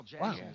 Wow